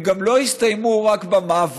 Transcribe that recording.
הם גם לא יסתיימו רק במאבק